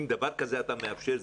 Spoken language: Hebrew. אם דבר כזה אתה מאפשר,